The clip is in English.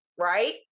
right